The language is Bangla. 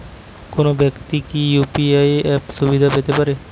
যেকোনো ব্যাক্তি কি ইউ.পি.আই অ্যাপ সুবিধা পেতে পারে?